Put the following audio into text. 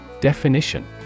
Definition